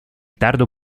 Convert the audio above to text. tardo